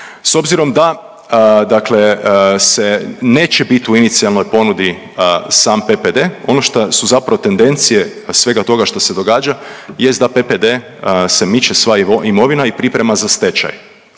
s obzirom da se neće biti u inicijalnoj ponudi sam PPD ono što su zapravo tendencije svega toga što se događa jest da PPD se miče sva imovina i priprema za stečaj.